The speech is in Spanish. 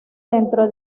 dentro